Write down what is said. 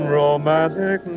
romantic